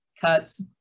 cuts